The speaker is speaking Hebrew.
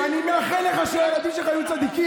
ואני מאחל לך שהילדים שלך יהיו צדיקים,